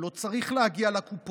הוא לא צריך להגיע לקופות.